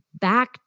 back